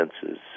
senses